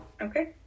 Okay